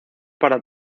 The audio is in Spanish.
para